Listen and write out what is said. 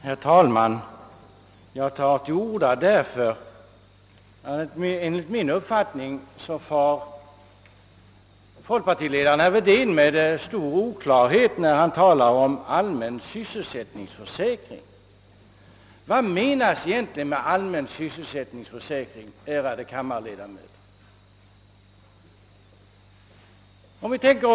Herr talman! Jag tar till orda därför att folkpartiledaren, herr Wedén, enligt min uppfattning varit mycket oklar när han talat om allmän sysselsättningsförsäkring. Vad menas egentligen med allmän = sysselsättningsförsäkring, ärade kammarledamöter?